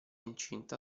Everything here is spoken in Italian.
incinta